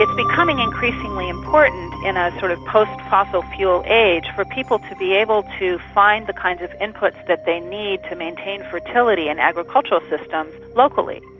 and becoming increasingly important in a sort of post-fossil fuel age for people to be able to find the kinds of inputs that they need to maintain fertility and agricultural systems locally,